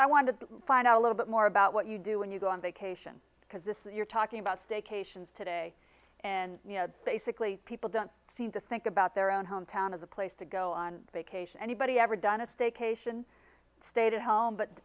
i want to find out a little bit more about what you do when you go on vacation because this is you're talking about staycation today and you know basically people don't seem to think about their own hometown as a place to go on vacation anybody ever done a staycation stayed at home but